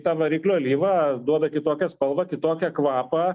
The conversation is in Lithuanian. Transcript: ta variklio alyva duoda kitokią spalvą kitokią kvapą